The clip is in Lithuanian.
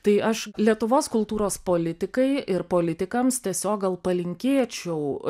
tai aš lietuvos kultūros politikai ir politikams tiesiog gal palinkėčiau